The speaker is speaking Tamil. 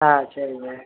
ஆ சரிங்க